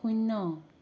শূন্য